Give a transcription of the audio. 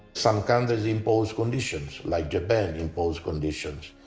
some countries impose conditions like japan, impose conditions.